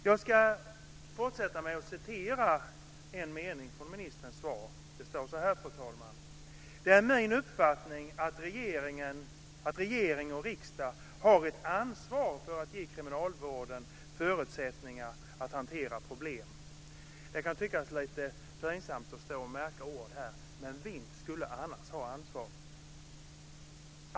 Jag ska fortsätta med att citera en mening ur ministerns svar. Det står så här, fru talman: "Det är min uppfattning att regering och riksdag har ett ansvar för att ge kriminalvården förutsättningar att hantera problemen." Det kan tyckas lite pinsamt att stå och märka ord här, men jag undrar: Vem skulle annars ha ansvaret?